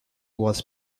was